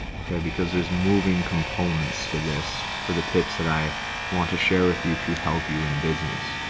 okay, because there's moving components to this for the tips that i want to share with you to help you in business.